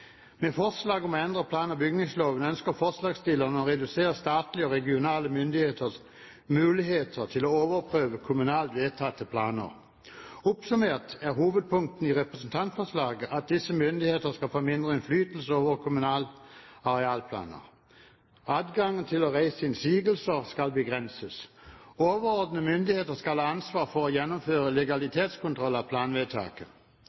Med forslaget om å endre plan- og bygningsloven ønsker forslagsstillerne å redusere statlige og regionale myndigheters muligheter til å overprøve kommunalt vedtatte planer. Oppsummert er hovedpunktene i representantforslaget at disse myndigheter skal få mindre innflytelse over kommunale arealplaner. Adgangen til å reise innsigelser skal begrenses. Overordnede myndigheter skal ha ansvar for å gjennomføre